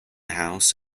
house